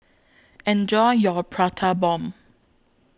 Enjoy your Prata Bomb